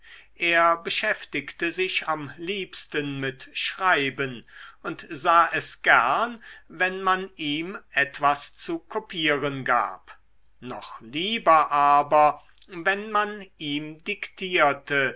er beschäftigte sich am liebsten mit schreiben und sah es gern wenn man ihm etwas zu kopieren gab noch lieber aber wenn man ihm diktierte